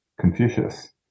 Confucius